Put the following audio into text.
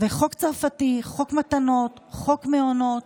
חוק צרפתי, חוק מתנות, חוק מעונות,